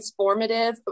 transformative